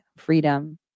Freedom